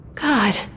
God